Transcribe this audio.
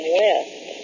west